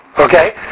Okay